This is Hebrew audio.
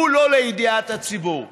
הוא לא לידיעת הציבור,